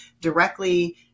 directly